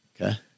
Okay